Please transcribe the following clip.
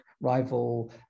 rival